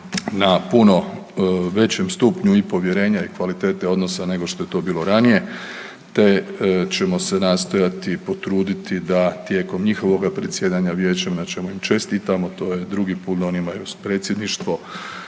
na puno većem stupnju i povjerenja i kvaliteta odnosa nego što je to bilo ranije te ćemo se nastojati potruditi da tijekom njihovoga predsjedanja Vijećem na čemu im čestitamo, to je drugi put da ono imaju predsjedništvo